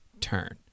turn